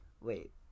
wait